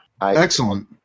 Excellent